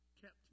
kept